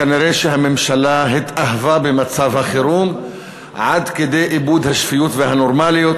כנראה הממשלה התאהבה במצב החירום עד כדי איבוד השפיות והנורמליות.